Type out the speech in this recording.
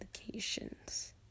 applications